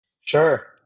Sure